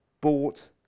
bought